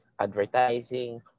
advertising